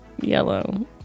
yellow